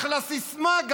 אחלה סיסמה.